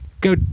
go